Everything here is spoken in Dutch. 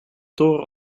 toren